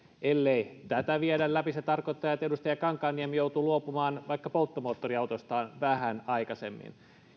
ellei tätä viedä läpi se tarkoittaa että edustaja kankaanniemi joutuu luopumaan vaikka polttomoottoriautostaan vähän aikaisemmin